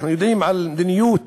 אנחנו יודעים על מדיניות